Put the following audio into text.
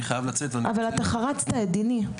אני חייב לצאת ואני --- אבל אתה חרצת את דיני,